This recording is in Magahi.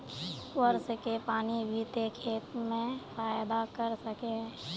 वर्षा के पानी भी ते खेत में फायदा कर सके है?